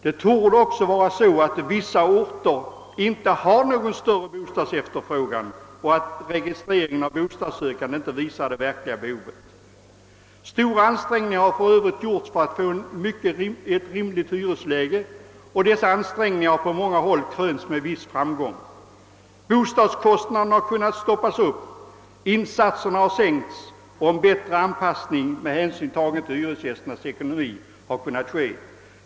Det torde också vara så, att vissa orter inte har någon större bostadsefterfrågan och att registreringen av bostadssökande inte visar det verkliga behovet. Stora ansträngningar har för övrigt gjorts för att få ett mer rimligt hyresläge, och dessa ansträngningar har på många håll krönts med viss framgång. Ökningen av bostadskostnaderna har kunnat stoppas upp, insatserna har sänkts och en bättre anpassning till hyresgästernas ekonomi har kunnat ske.